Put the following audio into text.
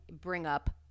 bring-up